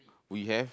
we have